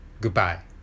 Goodbye